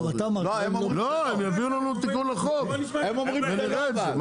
הם יביאו לנו תיקון לחוק ונראה את זה.